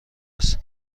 است